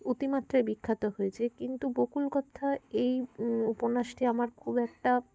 অতিমাত্রায় বিখ্যাত হয়েছে কিন্তু বকুল কথা এই উপন্যাসটি আমার খুব একটা